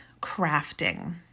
crafting